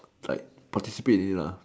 like participate in it lah